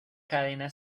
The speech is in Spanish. cadena